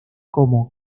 como